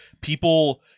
people